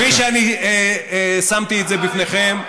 כפי שאני שמתי את זה בפניכם,